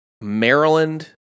Maryland